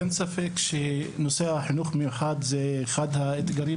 אין ספק שנושא החינוך המיוחד הוא אחד האתגרים